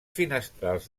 finestrals